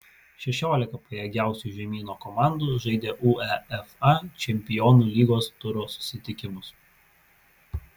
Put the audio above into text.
šešiolika pajėgiausių žemyno komandų žaidė uefa čempionų lygos turo susitikimus